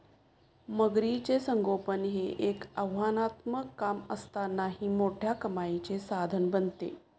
मगरीचे संगोपन हे एक आव्हानात्मक काम असतानाही मोठ्या कमाईचे साधन बनते